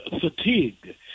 fatigue